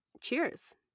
cheers